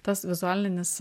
tas vizualinis